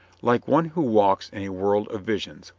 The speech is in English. like one who walks in a world of visions,